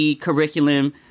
curriculum